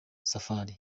safari